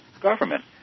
government